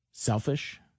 Selfish